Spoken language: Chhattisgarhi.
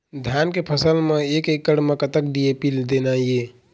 धान के फसल म एक एकड़ म कतक डी.ए.पी देना ये?